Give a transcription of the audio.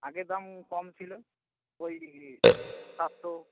আগে দাম কম ছিলো ওই সাতশো